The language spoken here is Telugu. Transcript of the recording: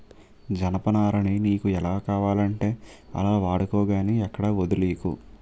జనపనారని నీకు ఎలా కావాలంటే అలా వాడుకో గానీ ఎక్కడా వొదిలీకు